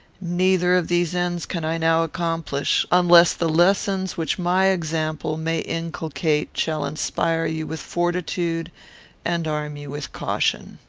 neither of these ends can i now accomplish, unless the lessons which my example may inculcate shall inspire you with fortitude and arm you with caution.